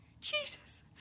Jesus